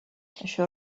això